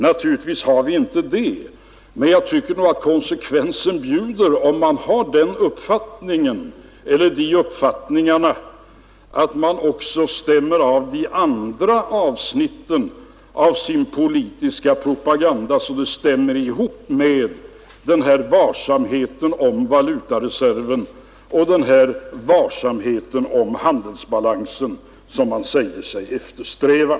Naturligtvis har vi inte det, men jag tycker att konsekvensen bjuder, om man har de uppfattningarna, att man också stämmer av de andra avsnitten av sin politiska propaganda, så att de går ihop med denna varsamhet om valutareserven och om handelsbalansen som man säger sig eftersträva.